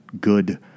good